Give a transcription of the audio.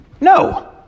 No